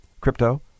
Crypto